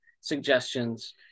suggestions